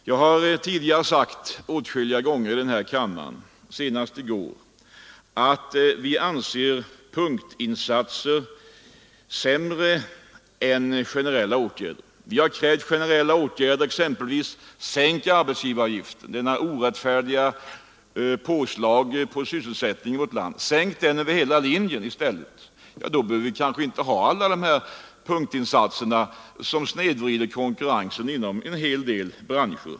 Jag har tidigare sagt åtskilliga gånger här i kammaren — senast i går — att vi anser punktinsatser vara sämre än generella åtgärder. Vi har krävt generella åtgärder, t.ex. att arbetsgivaravgiften, denna orättfärdiga pålaga på sysselsättningen i vårt land, skall sänkas över hela linjen. I så fall behöver vi inte ha alla de här punktinsatserna, som snedvrider konkurrensen inom en del branscher.